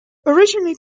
originally